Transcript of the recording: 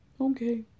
Okay